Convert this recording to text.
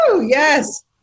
Yes